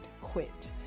quit